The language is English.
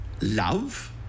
love